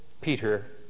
Peter